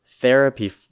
therapy